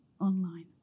online